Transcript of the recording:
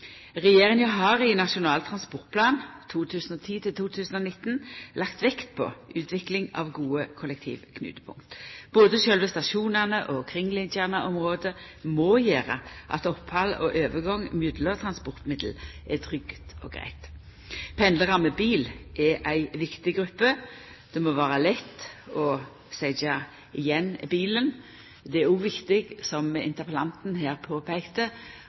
Regjeringa har i Nasjonal transportplan 2010–2019 lagt vekt på utvikling av gode kollektivknutepunkt. Både sjølve stasjonane og kringliggjande område må gjera at opphald og overgang mellom transportmiddel er trygt og greitt. Pendlarar med bil er ei viktig gruppe, og det må vera lett å setja igjen bilen. Det er òg viktig, som interpellanten her påpeikte,